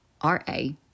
R-A